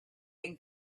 and